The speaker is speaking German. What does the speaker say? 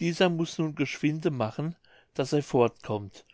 dieser muß nun geschwinde machen daß er fortkommt